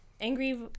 Angry